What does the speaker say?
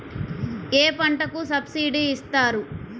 ఏ పంటకు సబ్సిడీ ఇస్తారు?